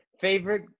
Favorite